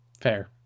Fair